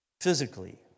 Physically